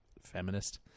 feminist